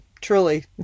Truly